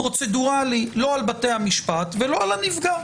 פרוצדורלי לא על בתי המשפט ולא על הנפגע.